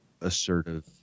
assertive